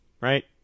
right